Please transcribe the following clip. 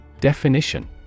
Definition